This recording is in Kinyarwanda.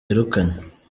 yirukanywe